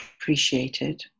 appreciated